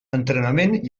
entrenament